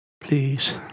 Please